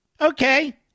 okay